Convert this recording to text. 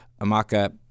Amaka